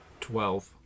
Twelve